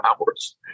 hours